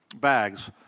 bags